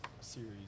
series